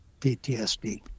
PTSD